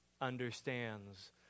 understands